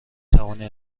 توانی